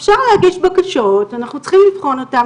אפשר להגיש בקשות, אנחנו צריכים לבחון אותן.